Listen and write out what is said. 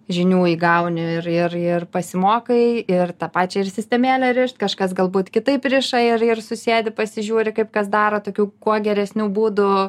žinių įgauni ir ir ir pasimokai ir tą pačią ir sistemėlę rišt kažkas galbūt kitaip riša ir ir susėdi pasižiūri kaip kas daro tokių kuo geresnių būdų